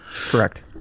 Correct